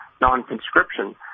non-conscription